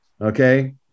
okay